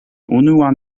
unuan